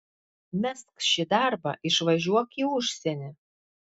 mesk šį darbą išvažiuok į užsienį